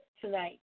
Tonight